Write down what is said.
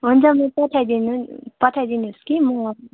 हुन्छ म पठाइदिनु नि पठाइदिनुहोस् कि म